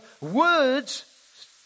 words